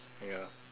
ya